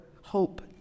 hope